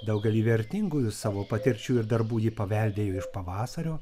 daugelį vertingųjų savo patirčių ir darbų ji paveldėjo iš pavasario